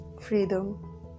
freedom